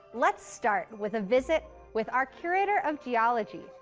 let's start with a visit with our curator of geology,